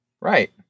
Right